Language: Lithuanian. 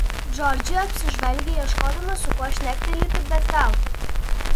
džordžija apsižvalgė ieškodama su kuo šnektelėti bet veltui